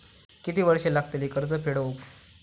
किती वर्षे लागतली कर्ज फेड होऊक?